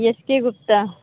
yes K Gupta